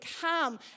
come